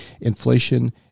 inflation